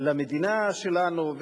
למדינה שלנו.